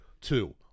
two